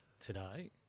today